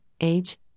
age